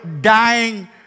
dying